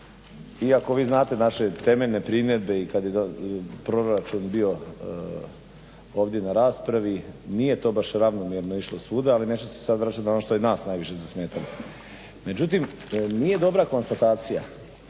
iako vi znate naše temeljne primjedbe i kad je proračun bio ovdje na raspravi, nije to baš ravnomjerno išlo svuda ali neću se sad vraćat na ono što je nas najviše zasmetalo. Međutim, nije dobra konstatacija